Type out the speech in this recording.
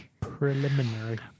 Preliminary